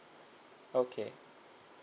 okay